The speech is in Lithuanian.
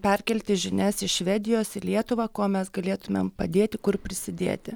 perkelti žinias iš švedijos į lietuvą kuo mes galėtumėm padėti kur prisidėti